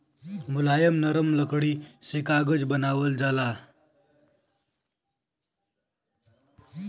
मुलायम नरम लकड़ी से कागज बनावल जाला